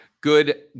good